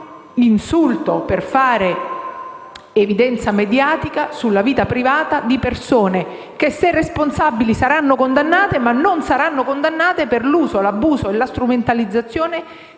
per dare evidenza mediatica e alla vita privata di persone che, se responsabili, saranno condannate, ma non devono esserlo per l'uso, l'abuso e la strumentalizzazione